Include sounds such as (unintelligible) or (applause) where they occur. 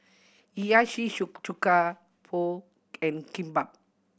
Hiyashi (unintelligible) Chuka Pho and Kimbap